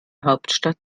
hauptstadt